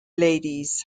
ladies